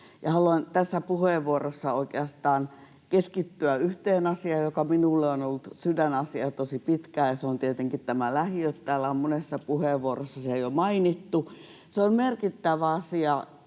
Haluan tässä puheenvuorossa oikeastaan keskittyä yhteen asiaan, joka minulle on ollut sydänasia tosi pitkään, ja se on tietenkin nämä lähiöt — täällä on monessa puheenvuorossa se jo mainittu. Se on merkittävä asia